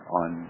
on